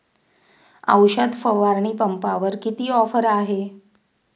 औषध फवारणी पंपावर किती ऑफर आहे?